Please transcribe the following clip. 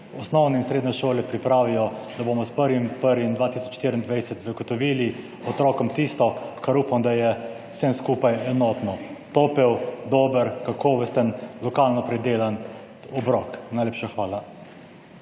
osnovne in srednje šole pripravijo, da bomo s 1. 1. 2024 zagotovili otrokom tisto, kar upam, da je vsem skupaj enotno – topel, dober, kakovosten, lokalno pridelan obrok. Najlepša hvala.